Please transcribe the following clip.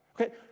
Okay